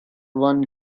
one